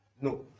No